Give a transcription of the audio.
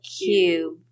cube